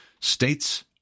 States